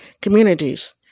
communities